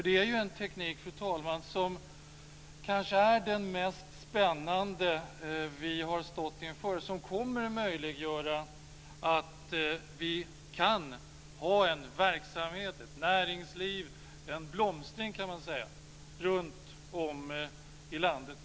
Det är en teknik, fru talman, som kanske är den mest spännande vi har stått inför och som kommer att möjliggöra att vi har en verksamhet, ett näringsliv och en blomstring runtom i landet.